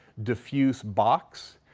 diffuse box.